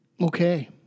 Okay